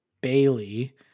Bailey